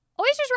Oysters